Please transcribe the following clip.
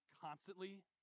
constantly